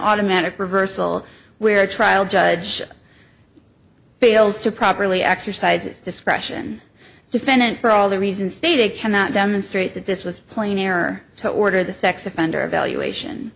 automatic reversal where a trial judge fails to properly exercised his discretion defendant for all the reason stated cannot demonstrate that this was plain error to order the sex offender evaluation